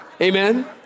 Amen